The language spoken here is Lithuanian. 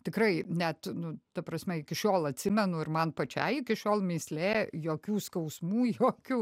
tikrai net nu ta prasme iki šiol atsimenu ir man pačiai iki šiol mįslė jokių skausmų jokių